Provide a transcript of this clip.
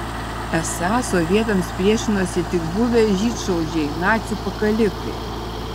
esą sovietams priešinosi tik buvę žydšaudžiai nacių pakalikai